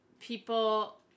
people-